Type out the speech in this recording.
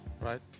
right